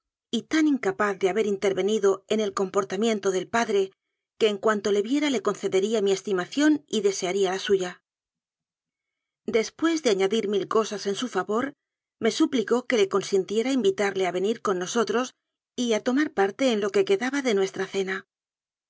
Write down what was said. y tan incapaz de haber intervenido en el comportamiento del padre que en cuanto le viera le concedería mi estimación y desearía la suya después de añadir mil cosas en su favor me suplicó que le consintiera invitarle a venir con nos otros y a tomar parte en lo que quedaba de nues tra cena